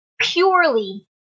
purely